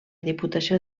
diputació